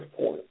point